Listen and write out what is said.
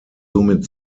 somit